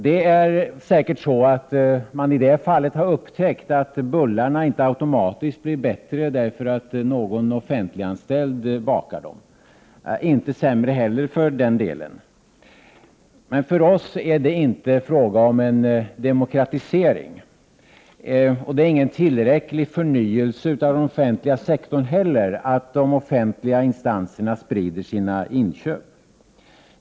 I det fallet har man säkert upptäckt att bullarna inte automatiskt blir bättre därför att någon offentliganställd bakar dem, och för den delen inte heller sämre. För oss är det inte fråga om en demokratisering. Det är heller ingen tillräcklig förnyelse av den offentliga sektorn att de offentliga instanserna sprider sina inköp.